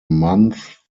month